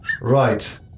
Right